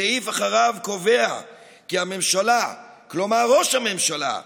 הסעיף אחריו קובע כי הממשלה, כלומר ראש הממשלה,